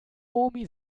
omi